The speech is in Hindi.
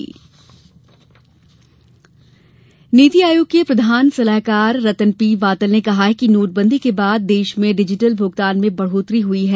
नीति आयोग नीति आयोग के प्रधान सलाहकार रतन पी वातल ने कहा है कि नोटबंदी के बाद देश में डिजिटल भुगतान में बढ़ोत्तरी हुई है